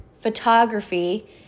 photography